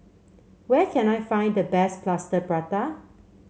where can I find the best Plaster Prata